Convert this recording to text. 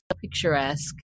picturesque